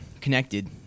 connected